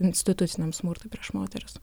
instituciniam smurtui prieš moteris